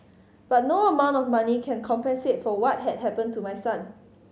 but no amount of money can compensate for what had happened to my son